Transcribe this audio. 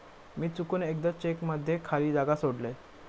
मी चुकून एकदा चेक मध्ये खाली जागा सोडलय